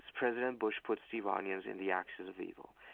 president bush puts the iranians in the axis of evil.